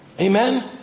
Amen